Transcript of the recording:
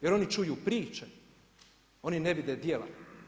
Jer oni čuju priče, oni ne vide djela.